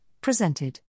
presented